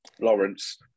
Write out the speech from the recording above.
Lawrence